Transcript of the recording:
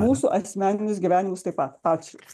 mūsų asmeninius gyvenimus taip pat ačiū